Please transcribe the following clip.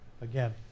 again